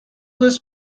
this